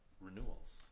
renewals